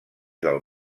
del